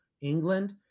England